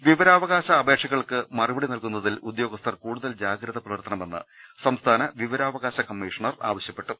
ദർവ്വെടെ വിവരാവകാശ അപേക്ഷകൾക്ക് മറുപടി നൽകുന്നതിൽ ഉദ്യോഗസ്ഥർ കൂടുതൽ ജാഗ്രത പുലർത്തണമെന്ന് സംസ്ഥാന വിവരാവകാശ കമ്മീഷ ണർ ആവശ്യപ്പെട്ടു